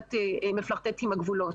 שקצת מפלרטט עם הגבולות.